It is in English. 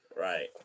Right